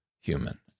human